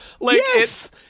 Yes